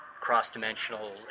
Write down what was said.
cross-dimensional